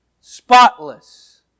Spotless